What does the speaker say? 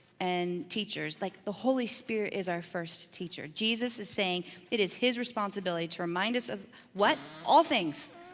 and teachers, like the holy spirit is our first teacher. jesus is saying it is his responsibility to remind us of what? all things,